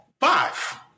five